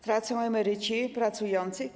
Tracą emeryci pracujący.